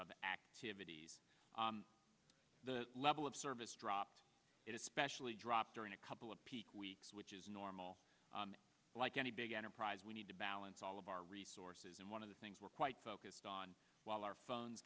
of activities the level of service dropped it especially dropped during a couple of weeks which is normal like any big enterprise we need to balance all of our resources and one of the things we're quite focused on while our phones